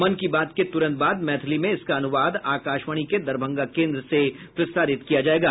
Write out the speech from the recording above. मन की बात के तुरंत बाद मैथिली में इसका अनुवाद आकाशवाणी के दरभंगा केन्द्र से प्रसारित किया जायेगा